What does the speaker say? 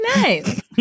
nice